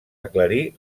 aclarir